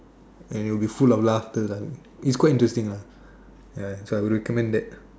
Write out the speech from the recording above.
and then with full of laughters ah it's quite interesting lah so I would recommend that